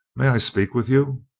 may i speak with you?